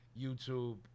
YouTube